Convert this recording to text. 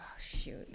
shoot